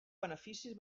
beneficis